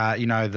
ah you know,